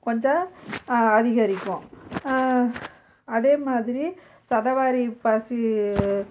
கொஞ்சம் அதிகரிக்கும் அதேமாதிரி சதவாரிப்பாசி